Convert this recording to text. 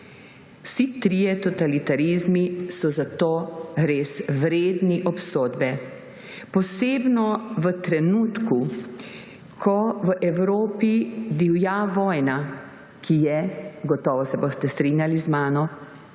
Vsi trije totalitarizmi so zato res vredni obsodbe, posebno v trenutku, ko v Evropi divja vojna, ki je – gotovo se boste strinjali z mano